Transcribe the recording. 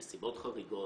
נסיבות חריגות,